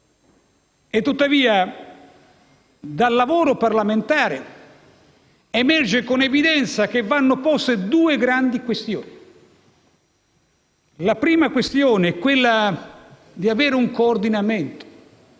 Tuttavia, dal lavoro parlamentare emerge con evidenza che vanno poste due grandi questioni. La prima questione è quella relativa